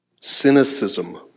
cynicism